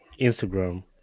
Instagram